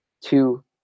two